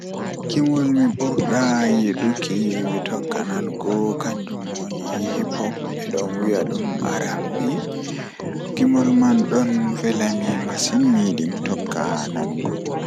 Gimol mi yiɗi mi tokka nanuki kanjum woni gimi hippop Miɗo yiɗi njangude musiki ndee "Afrobeat". Ko musiki ngal woni neɗɗo, tawi oɗo woni soodnaade e jam, ngam ndokkude ngona ko njam. Miɗo waɗi yowtere fiya tawi musiki ngal naatataa fow.